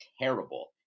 terrible